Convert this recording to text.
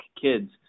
kids